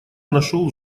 нашел